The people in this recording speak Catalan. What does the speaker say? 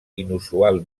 inusual